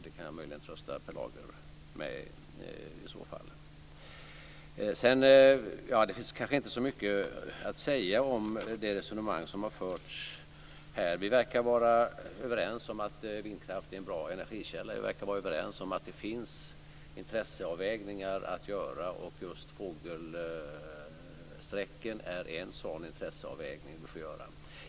Det kan jag i så fall möjligen trösta Per Lager med. Det finns kanske inte så mycket att säga om de resonemang som har förts här. Vi verkar vara överens om att vindkraft är en bra energikälla. Vi verkar vara överens om att det finns intresseavvägningar att göra, och just fågelsträcken är en sådan intresseavvägning.